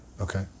Okay